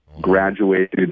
graduated